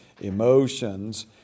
emotions